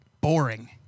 boring